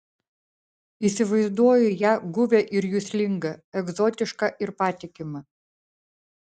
įsivaizduoju ją guvią ir juslingą egzotišką ir patikimą